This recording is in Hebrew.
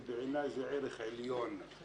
שבעיניי זה ערך עליון.